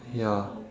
ya